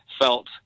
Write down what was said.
felt